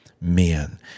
men